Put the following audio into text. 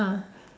ah